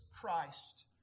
Christ